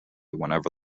whenever